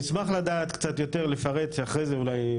צריך לעשות את השינוי.